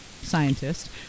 scientist